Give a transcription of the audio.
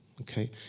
okay